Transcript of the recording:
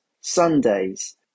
Sundays